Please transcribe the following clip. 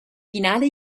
finale